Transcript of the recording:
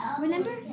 remember